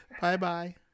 Bye-bye